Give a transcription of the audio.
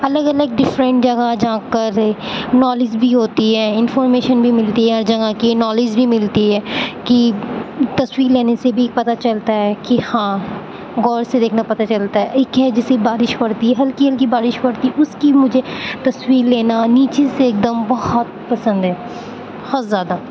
الگ الگ ڈفرنٹ جگہ جا کر نالج بھی ہوتی ہے انفارمیشن بھی ملتی ہے ہر جگہ کی نالج بھی ملتی ہے کہ تصویر لینے سے بھی پتہ چلتا ہے کہ ہاں غور سے دیکھنا پتہ چلتا ہے ایک ہے جس سے بارش پڑتی ہے ہلکی ہلکی بارش پڑتی اُس کی مجھے تصویر لینا نیچے سے ایک دم بہت پسند ہے بہت زیادہ